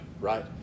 right